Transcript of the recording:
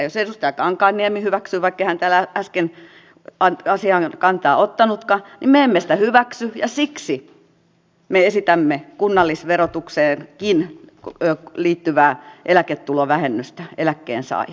jos edustaja kankaanniemi hyväksyy vaikkei hän täällä äsken asiaan kantaa ottanutkaan niin me emme sitä hyväksy ja siksi me esitämme kunnallisverotukseenkin liittyvää eläketulovähennystä eläkkeensaajille